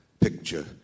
picture